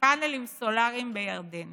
פנלים סולריים בירדן